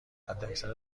حداکثر